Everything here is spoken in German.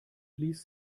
ließ